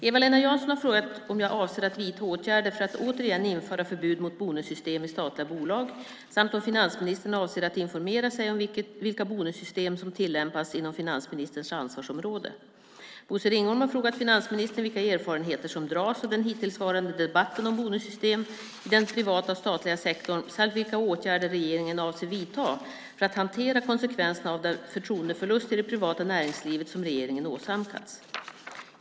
Eva-Lena Jansson har frågat om jag avser att vidta åtgärder för att återigen införa förbud mot bonussystem i statliga bolag samt om finansministern avser att informera sig om vilka bonussystem som tillämpas inom finansministerns ansvarsområde. Bosse Ringholm har frågat finansministern vilka erfarenheter som dras av den hittillsvarande debatten om bonussystem i den privata och statliga sektorn samt vilka åtgärder regeringen avser att vidta för att hantera konsekvenserna av den förtroendeförlust i det privata näringslivet som regeringen åsamkat.